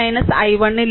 6 ലേക്ക് I3 I1